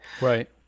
Right